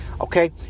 okay